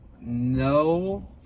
No